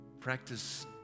practice